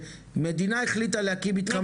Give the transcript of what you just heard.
מדינה החליטה להקים מתחם זמני.